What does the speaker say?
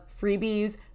freebies